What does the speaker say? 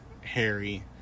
Harry